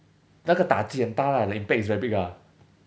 那个打击很大 lah the impact is very big ah